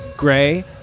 Gray